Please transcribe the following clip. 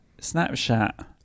Snapchat